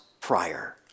prior